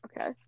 okay